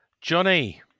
Johnny